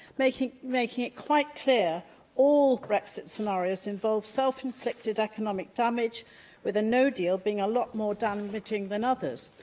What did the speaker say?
making making it quite clear all brexit scenarios involve self-inflicted economic damage with a no deal being a lot more damaging than others.